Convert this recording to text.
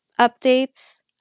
updates